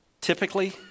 typically